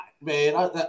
man